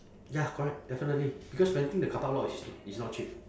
ya correct definitely because renting the carpark lot is is not cheap